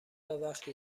وقتی